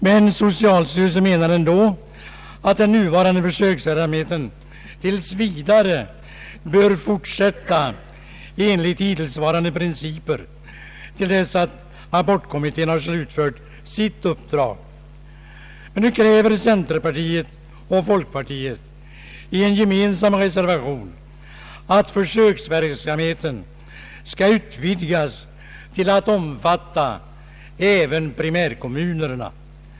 Men styrelsen menar ändå att den nuvarande försöksverksamheten tills vidare bör fortsätta enligt hittills rådande principer till dess abortkommittén har slutfört sitt uppdrag. Nu kräver alltså centerpartiet och folkpartiet i en gemensam reservation att försöksverksamheten skall utvidgas till att även omfatta primärkommunerna.